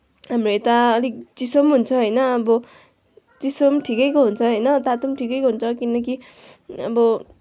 हाम्रो यता अलिक चिसो पनि हुन्छ होइन अब चिसो पनि ठिकैको हुन्छ होइन तातो पनि ठिकैको हुन्छ किनकि अब